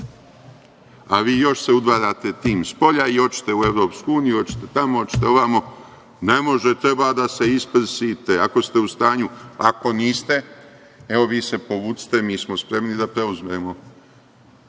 a vi još se udvarate tim spolja i hoćete u EU, hoćete tamo, hoćete ovamo. Ne može, treba da se isprsite, ako ste u stanju. Ako niste, evo, vi se povucite, mi smo spremni da preuzmemo